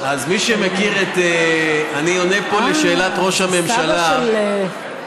אה, סבא שלו.